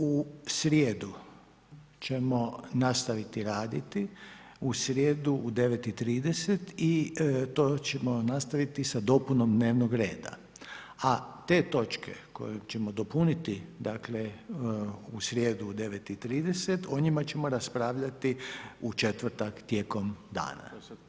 U srijedu ćemo nastaviti raditi, u srijedu u 9 i 30 i to ćemo nastaviti sa dopunom dnevnog reda a te točke koje ćemo dopuniti dakle u srijedu u 9 i 30, o njima ćemo raspravljati u četvrtak tijekom dana.